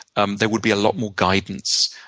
um there would be a lot more guidance.